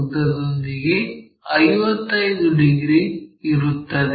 ಉದ್ದದೊಂದಿಗೆ 55 degree ಇರುತ್ತದೆ